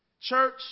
Church